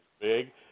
big